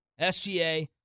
SGA